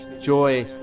Joy